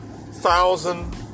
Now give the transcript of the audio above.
thousand